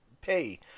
pay